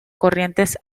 corrientes